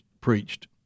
preached